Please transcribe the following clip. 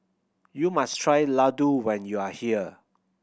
you must try Ladoo when you are here